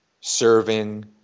serving